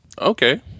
Okay